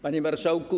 Panie Marszałku!